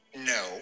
No